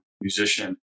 musician